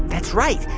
that's right.